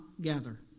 gather